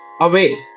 away